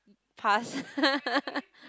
pass